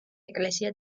ეკლესია